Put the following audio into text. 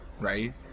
right